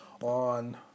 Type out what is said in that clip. on